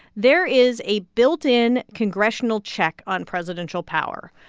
there is a built-in congressional check on presidential power.